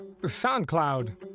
SoundCloud